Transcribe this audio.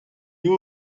you